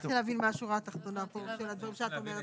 אני לא הצלחתי להבין מה השורה התחתונה של הדברים שאת אומרת.